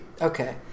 Okay